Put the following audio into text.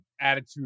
attitude